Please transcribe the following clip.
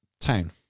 town